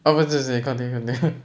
orh 不是不是 continue continue